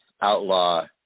outlaw